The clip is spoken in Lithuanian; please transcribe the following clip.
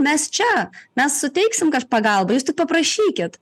mes čia mes suteiksim pagalbą jūs tik paprašykit